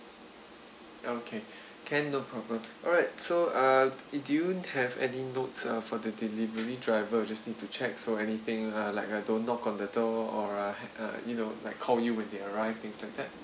okay can no problem alright so uh do you have any notes uh for the delivery driver we'll just need to check so anything uh like uh don't knock on the door or uh you know like call you when they arrived things like that